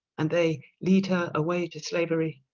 and they lead her away to slavery,